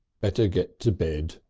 better get to bed.